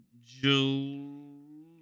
June